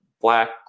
black